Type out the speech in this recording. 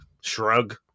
shrug